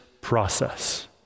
process